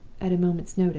at a moment's notice.